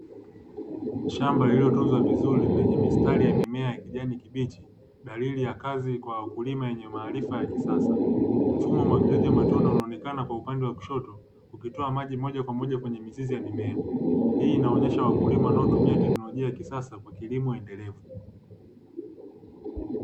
Shamba lililotunzwa vizuri lenye mistari ya mimea ya kijani kibichi, dalili ya kazi kwa wakulima wenye maarifa ya kisasa. Mfumo wa umwagiliaji wa matone unaonekana kwa upande wa kushoto, ukitoa maji moja kwa moja kwenye mizizi ya mimea. Hii inaonesha wakulima wanaotumia teknolojia ya kisasa kwa kilimo endelevu.